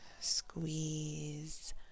squeeze